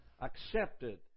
accepted